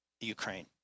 Ukraine